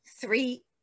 three